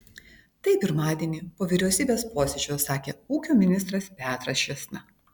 tai pirmadienį po vyriausybės posėdžio sakė ūkio ministras petras čėsna